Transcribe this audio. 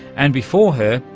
and before her,